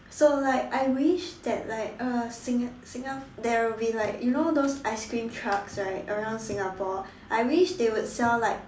so like I wish that like uh singa~ Singa~ there will be like you know those ice cream trucks right around Singapore I wish they would sell like